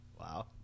Wow